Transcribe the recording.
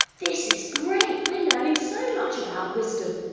this is great we're learning so much about wisdom.